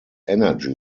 energy